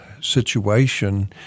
situation